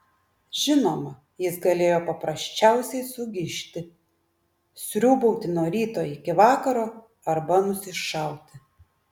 žinoma jis galėjo paprasčiausiai sugižti sriūbauti nuo ryto iki vakaro arba nusišauti